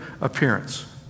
appearance